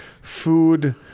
food